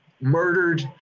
murdered